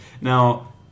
Now